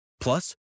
Plus